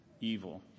evil